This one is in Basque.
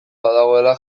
badagoela